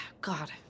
God